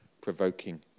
provoking